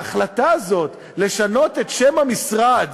ההחלטה הזאת לשנות את שם המשרד,